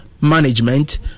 Management